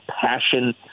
passion